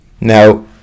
Now